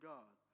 God